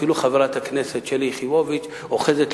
אפילו חברת הכנסת שלי יחימוביץ אוחזת,